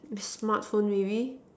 this smartphone maybe